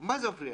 מה זה מפריע?